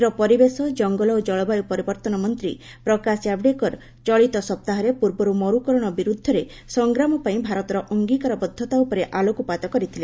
କେନ୍ଦ୍ର ପରିବେଶ ଜଙ୍ଗଲ ଓ ଜଳବାୟୁ ପରିବର୍ତ୍ତନ ମନ୍ତ୍ରୀ ପ୍ରକାଶ ଜାବଡେକର ଚଳିତ ସପ୍ତାହରେ ପୂର୍ବରୁ ମରୁକରଣ ବିରୁଦ୍ଧରେ ସଂଗ୍ରାମ ପାଇଁ ଭାରତର ଅଙ୍ଗିକାରବଦ୍ଧତା ଉପରେ ଆଲୋକପାତ କରିଥିଲେ